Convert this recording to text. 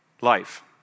life